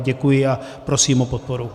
Děkuji a prosím o podporu.